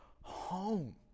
home